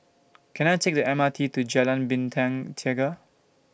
Can I Take The M R T to Jalan Bintang Tiga